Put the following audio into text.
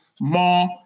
more